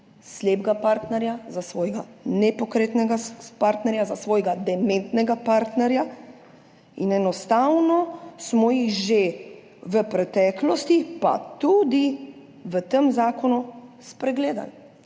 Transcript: za svojega nepokretnega partnerja, za svojega dementnega partnerja, in enostavno smo jih že v preteklosti pa tudi v tem zakonu spregledali.